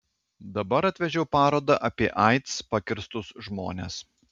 dabar atvežiau parodą apie aids pakirstus žmones